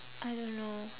I don't know